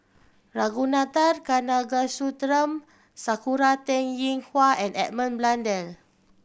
Ragunathar Kanagasuntheram Sakura Teng Ying Hua and Edmund Blundell